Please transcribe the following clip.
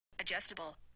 Adjustable